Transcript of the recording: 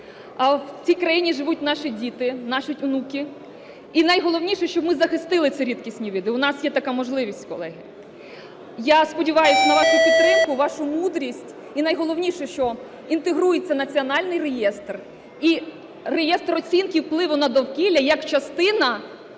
в цій країні живуть наші діти, наші онуки, і найголовніше, щоб ми захистили ці рідкісні види, у нас є така можливість, колеги. Я сподіваюся на вашу підтримку, вашу мудрість. І найголовніше, що інтегрується національний реєстр і реєстр оцінки впливу на довкілля як частина